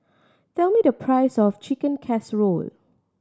tell me the price of Chicken Casserole